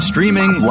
Streaming